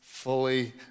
fully